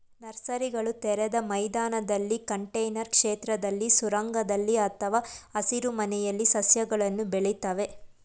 ನರ್ಸರಿಗಳು ತೆರೆದ ಮೈದಾನದಲ್ಲಿ ಕಂಟೇನರ್ ಕ್ಷೇತ್ರದಲ್ಲಿ ಸುರಂಗದಲ್ಲಿ ಅಥವಾ ಹಸಿರುಮನೆಯಲ್ಲಿ ಸಸ್ಯಗಳನ್ನು ಬೆಳಿತವೆ